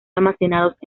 almacenados